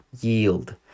yield